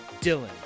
Dylan